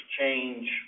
change